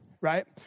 right